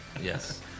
Yes